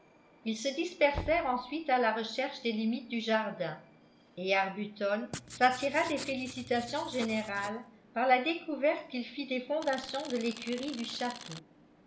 ils se dispersèrent ensuite à la recherche des limites du jardin et arbuton s'attira des félicitations générales par la découverte qu'il fit des fondations de l'écurie du château